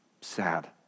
sad